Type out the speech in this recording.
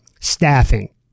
staffing